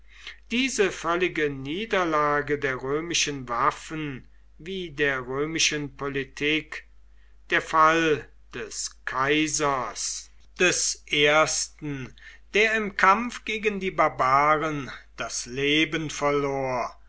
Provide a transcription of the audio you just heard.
diese völlige niederlage der römischen waffen wie der römischen politik der fall des kaisers des ersten der im kampf gegen die barbaren das leben verlor